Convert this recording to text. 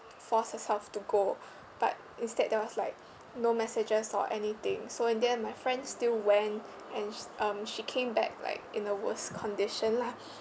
force herself to go but instead there was like no messages or anything so in the end my friends still went and um she came back like in a worse condition lah